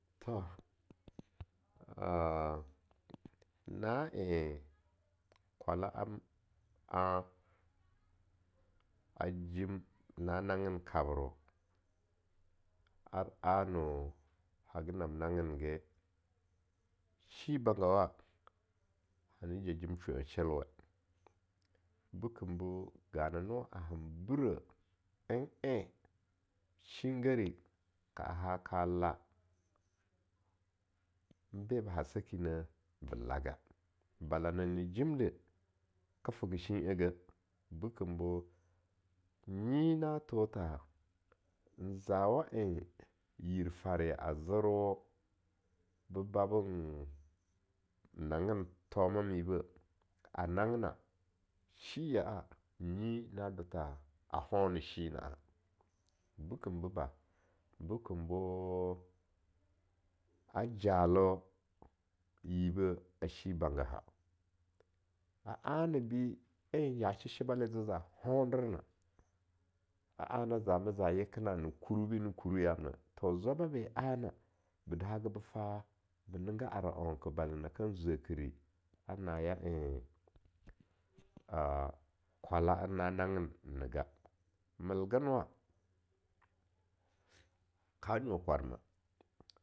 Na en kwala'a an ajim na nangin en kabia ar anna haga nab nangen ge, shi bangawa ani ja jim shue-en shelwe, bekimbo gananoen har bireh en en shin gare ka ha ka la, en be ba ha sakineh be laga, bala na nyina jindeh ke fega shin eh geh, bekembo nyi na tho tha en zawa en yir faiya a zerwo ba be nangin thoma mibe, a nanggina, ya'a nyina do tha a hene shi na'a bekin boba' bekim bo a jalo yibe a shi bangaha, a ane an ya sheshebah aza honderna, a ana zana za yekina na kurwu be ne kurwu yamna, tho zwab ben ana ba dahaga ba ta be ninga aram auka bala kan zwekireh a naya en a kwala'a na nangin nega, melginwa ka nyo kwarma.